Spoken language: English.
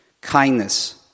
kindness